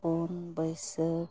ᱯᱩᱱ ᱵᱟᱹᱭᱥᱟᱹᱠᱷ